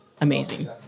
amazing